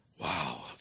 Wow